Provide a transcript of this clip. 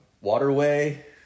waterway